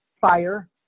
Fire